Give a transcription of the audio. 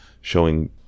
showing